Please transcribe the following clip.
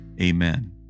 Amen